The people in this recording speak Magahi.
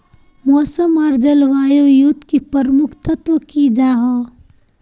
मौसम आर जलवायु युत की प्रमुख तत्व की जाहा?